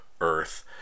Earth